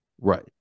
right